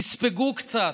תספגו קצת.